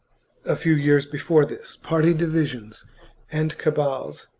a few years before this, party divisions and cabals,